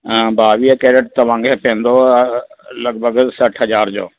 ॿावीह केरेट तव्हांखे पवंदो लॻभॻि सठि हज़ार जो